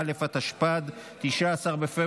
אין מתנגדים, אין נמנעים.